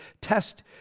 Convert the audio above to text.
Test